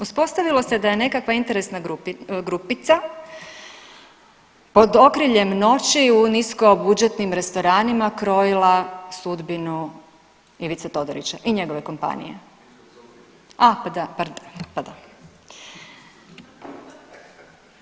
Uspostavilo se da je nekakva interesna grupica pod okriljem noći u nisko budžetnim restoranima krojila sudbinu Ivice Todorića i njegove kompanije, a pa da, pardon, pardon.